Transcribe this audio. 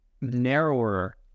narrower